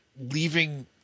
leaving